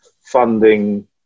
funding